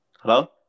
Hello